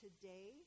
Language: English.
today